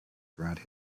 throughout